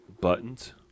buttons